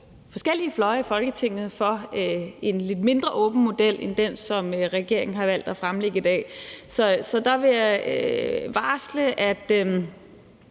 forskellige fløje i Folketinget – for en lidt mindre åben model end den, som regeringen har valgt at fremlægge i dag. Så der vil jeg varsle, at